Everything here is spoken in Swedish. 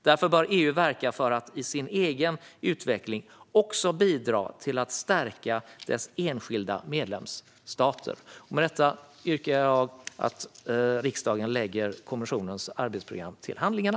Därför bör EU verka för att i sin egen utveckling bidra till att stärka sina enskilda medlemsstater. Med detta yrkar jag bifall till förslaget att riksdagen lägger utlåtandet om kommissionens arbetsprogram till handlingarna.